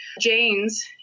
Janes